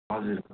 हजुर